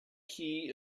key